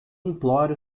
imploro